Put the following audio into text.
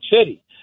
City